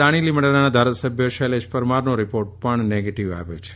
દાણીલીમડાના ધારાસભ્ય શૈલેષ પરમારનો report negative આવ્યો છે